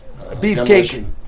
Beefcake